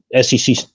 SEC